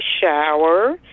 shower